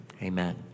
Amen